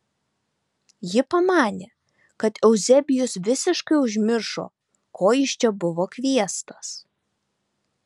ji pamanė kad euzebijus visiškai užmiršo ko jis čia buvo kviestas